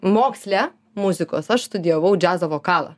moksle muzikos aš studijavau džiazo vokalą